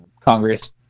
Congress